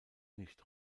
nicht